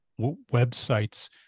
websites